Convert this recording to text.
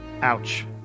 Ouch